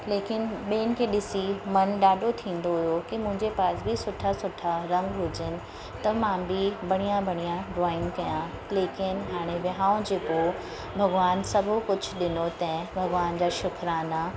लेकिन ॿियनि खे ॾिसी मन ॾाढो थींदो हुयो कि मुंहिंजे पास बि सुठा सुठा रंग हुजनि त मां बि बढ़िया बढ़िया ड्रॉइंग कयां लेकिन हाणे विहांव जे पोइ भॻवानु सॼो कुझु ॾिनो तै भॻवान जा शुक़राना